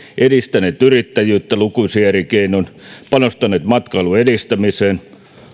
edistäneet yrittäjyyttä lukuisin eri keinoin panostaneet matkailun edistämiseen